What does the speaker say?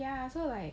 ya so like